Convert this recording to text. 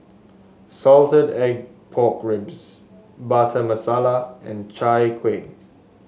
Salted Egg Pork Ribs Butter Masala and Chai Kuih